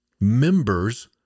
members